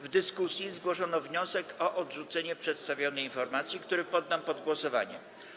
W dyskusji zgłoszono wniosek o odrzucenie przedstawionej informacji, który poddam pod głosowanie.